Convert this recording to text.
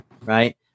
right